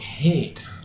hate